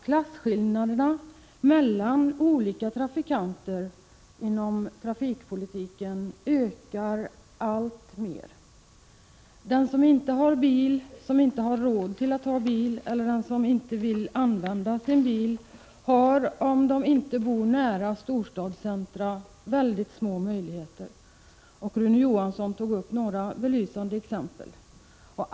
Klasskillnaderna mellan olika trafikanter inom trafikpolitiken ökar alltmer. De som inte har råd att ha bil, eller som inte vill använda sin bil, har om de inte bor nära storstadscentra väldigt små möjligheter. Rune Johansson tog upp några belysande exempel.